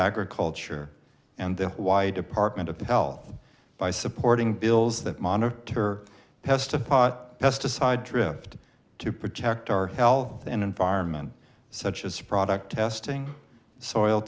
agriculture and the why department of hell by supporting bills that monitor pest a pot pesticide drift to protect our health and environment such as product testing soil